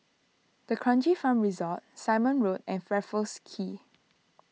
D'Kranji Farm Resort Simon Road and Raffles